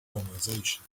conversation